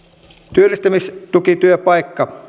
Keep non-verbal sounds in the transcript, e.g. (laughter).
työllistämistukityöpaikan (unintelligible)